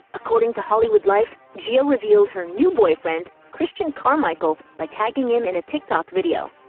according to hollywood life, gia ah revealed her new boyfriend, christian carmichael, by tagging him in a tiktok video.